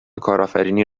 کارآفرینی